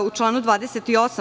U članu 28.